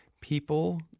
people